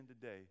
today